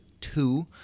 two